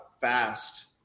fast